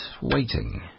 waiting